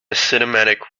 cinematic